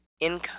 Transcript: income